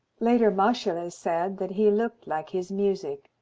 later, moscheles said that he looked like his music.